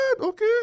Okay